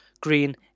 green